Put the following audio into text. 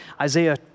Isaiah